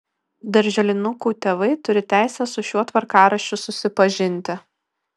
darželinukų tėvai turi teisę su šiuo tvarkaraščiu susipažinti